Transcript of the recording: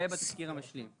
זה בתזכיר המשלים.